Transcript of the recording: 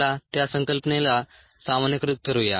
चला त्या संकल्पनेला सामान्यकृत करूया